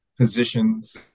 positions